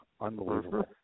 Unbelievable